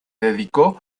dedicó